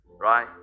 right